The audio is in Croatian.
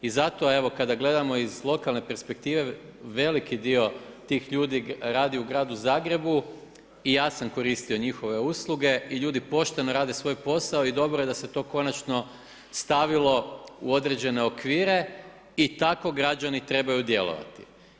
I zato evo kada gledamo iz lokalne perspektive, veliki dio tih ljudi radi u gradu Zagrebu, i ja sam koristio njihove usluge i ljudi pošteno rade svoj posao i dobro je da se to konačno stavilo u određene okvire i tako građani trebaju djelovati.